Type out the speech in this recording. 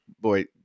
boy